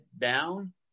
down